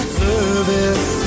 service